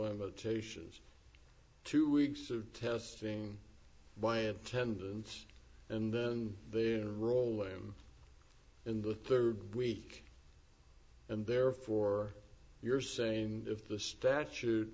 limitations two weeks of testing by attendance and then there roll them in the third week and therefore you're saying if the statute